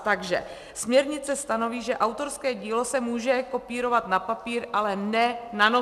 Takže směrnice stanoví, že autorské dílo se může kopírovat na papír, ale ne na noty.